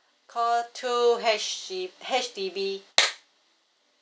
call two H_D H_D_B